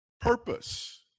purpose